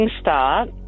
start